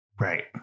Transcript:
Right